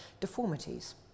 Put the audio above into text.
deformities